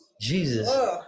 Jesus